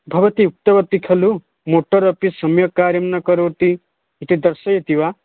भवती उक्तवती खलु मोटर् अपि सम्यक् कार्यं न करोति इति दर्शयति वा